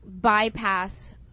bypass